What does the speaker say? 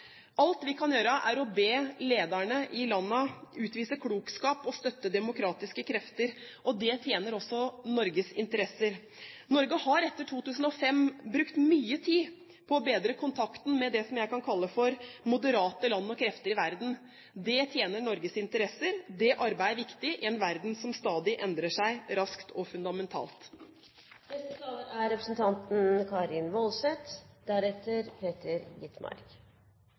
Alt vi kan gjøre, er å be lederne i landene utvise klokskap og støtte demokratiske krefter. Det tjener også Norges interesser. Norge har etter 2005 brukt mye tid på å bedre kontakten med det jeg kan kalle moderate land og krefter i verden. Det tjener Norges interesser, og det arbeidet er viktig i en verden som stadig endrer seg, raskt og